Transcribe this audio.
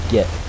Get